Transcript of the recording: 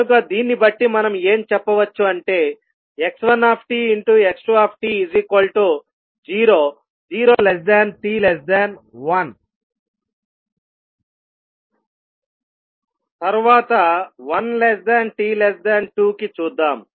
కనుక దీన్ని బట్టి మనం ఏం చెప్పవచ్చు అంటే x1tx2t0 0t1 తర్వాత 1t2 కి చూద్దాం